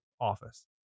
office